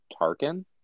Tarkin